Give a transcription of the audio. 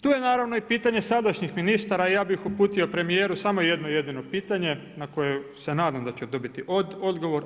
Tu je naravno pitanje i sadašnjih ministara, ja bih uputio premijeru samo jedno jedino pitanje na koje se nadam da ću dobiti odgovor.